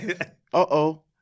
Uh-oh